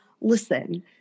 listen